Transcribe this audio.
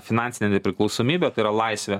finansinė nepriklausomybė tai yra laisvė